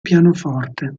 pianoforte